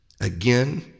again